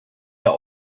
der